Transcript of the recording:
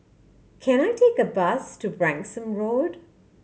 can I take a bus to Branksome Road